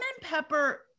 pepper